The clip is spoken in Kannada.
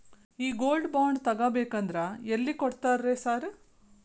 ಈ ಗೋಲ್ಡ್ ಬಾಂಡ್ ತಗಾಬೇಕಂದ್ರ ಎಲ್ಲಿ ಕೊಡ್ತಾರ ರೇ ಸಾರ್?